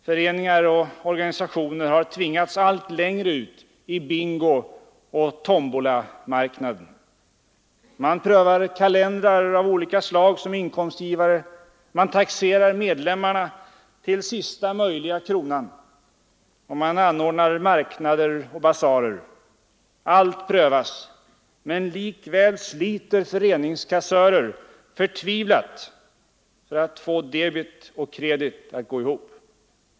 Föreningar och organisationer har tvingats allt längre ut i bingo-tombolamarknaden. Man prövar kalendrar av olika slag som inkomstgivare. Man taxerar medlemmarna till sista möjliga krona. Man anordnar marknader och basarer. Allt prövas, men likväl sliter föreningskassörer förtvivlat för att få debet och kredit att gå ihop.